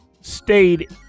stayed